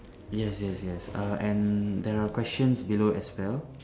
yes yes yes err and there are questions below as well